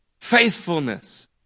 faithfulness